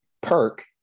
Perk